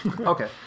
Okay